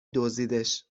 دزدیدش